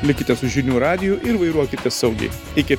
likite su žinių radiju ir vairuokite saugiai iki